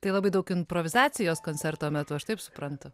tai labai daug improvizacijos koncerto metu aš taip suprantu